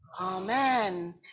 Amen